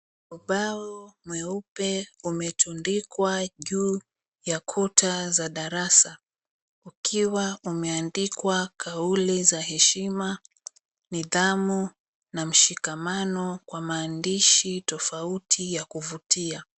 Ubao mweupe umetundikwa juu ya kuta za darasa ukiwa umeandikwa kauli za heshima, nidhamu na mshikamano kwa maandishi tofauti ya kuvutia.